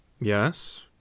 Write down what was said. Yes